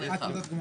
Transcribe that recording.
מועצת הרשות?